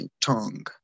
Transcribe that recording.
tongue